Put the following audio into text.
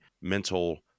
mental